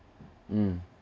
mm